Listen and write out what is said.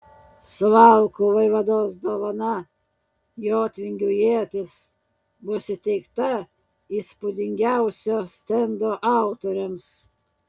suvalkų vaivados dovana jotvingių ietis bus įteikta įspūdingiausio stendo autoriams